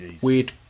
weird